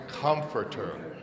Comforter